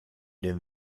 den